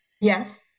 Yes